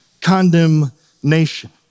condemnation